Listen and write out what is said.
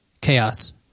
chaos